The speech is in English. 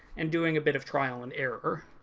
and doing a bit of trial and error.